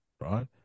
right